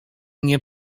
nie